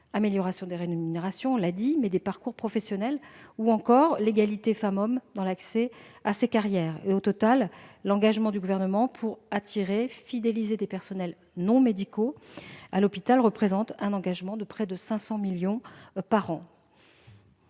amélioration des rémunérations, mais aussi de la gestion des parcours professionnels, ou encore respect de l'égalité femmes-hommes dans l'accès à ces carrières. Au total, l'engagement du Gouvernement pour attirer et fidéliser des personnels non médicaux à l'hôpital représente un effort de près de 500 millions d'euros